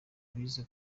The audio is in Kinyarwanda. bize